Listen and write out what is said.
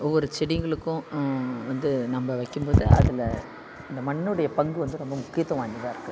ஒவ்வொரு செடிகளுக்கும் வந்து நம்ம வைக்கிம் போது அதில் இந்த மண்ணுடைய பங்கு வந்து ரொம்ப முக்கியத்துவம் வாய்ந்ததாக இருக்குது